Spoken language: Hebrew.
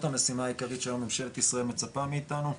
המשימה העיקרית שממשלת ישראל מצפה מאיתנו.